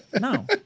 No